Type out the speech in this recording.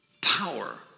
power